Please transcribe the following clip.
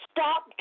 Stop